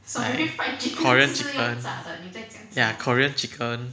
like korean chicken ya korean chicken